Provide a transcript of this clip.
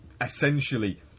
essentially